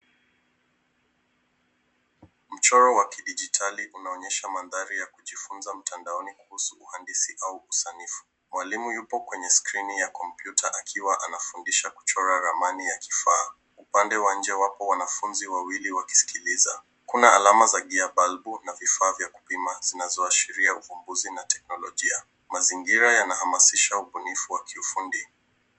Mchoro wa kidijitali unaonyesha mandhari ya kujifunza mtandaoni kuhusu uhandisi au usanifu. Mwalimu yupo kwenye skrini ya kompyuta akiwa anafundisha kuchora ramani ya kifaa. Upande wa nje wapo wanafunzi wawili wakisikiliza. Kuna alama za gia, balbu na vifaa vya kupima zinazoashiria uvumbuzi na teknolojia. Mazingira yanahamasisha ubunifu wa kiufundi.